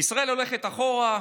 "ישראל הולכת אחורה,